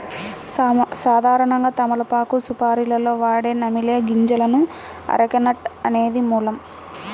సాధారణంగా తమలపాకు సుపారీలో వాడే నమిలే గింజలకు అరెక నట్ అనేది మూలం